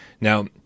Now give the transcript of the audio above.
now